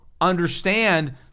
understand